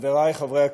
חברי חברי הכנסת,